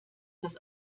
das